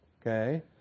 Okay